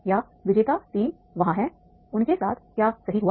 या विजेता टीम वहां है उनके साथ क्या सही हुआ